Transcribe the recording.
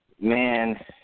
Man